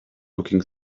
looking